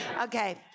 Okay